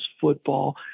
football